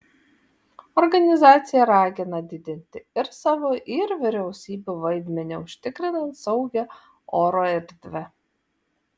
organizacija ragina didinti ir savo ir vyriausybių vaidmenį užtikrinant saugią oro erdvę